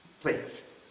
Please